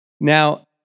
Now